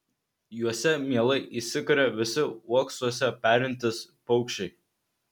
juose mielai įsikuria visi uoksuose perintys paukščiai